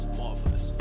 marvelous